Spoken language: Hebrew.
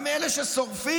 גם אלה ששורפים,